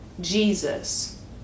Jesus